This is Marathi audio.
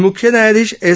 मुख्य न्यायाधिश एस